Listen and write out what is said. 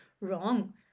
wrong